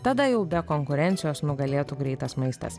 tada jau be konkurencijos nugalėtų greitas maistas